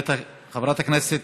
חברת הכנסת